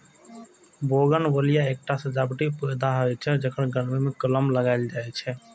bougainvillea एकटा सजावटी पौधा होइ छै, जेकर गर्मी मे कलम लगाएल जाइ छै